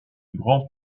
grand